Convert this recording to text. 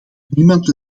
niemand